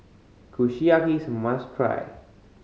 kushiyaki is must try